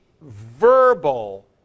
verbal